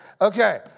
Okay